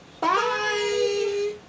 Bye